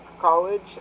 College